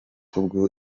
ubwo